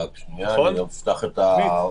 בבקשה.